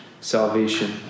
salvation